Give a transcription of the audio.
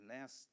last